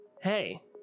hey